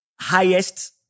highest